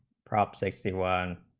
proc six to one